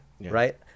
Right